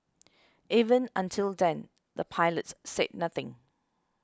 even until then the pilots said nothing